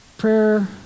prayer